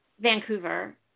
Vancouver